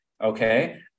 Okay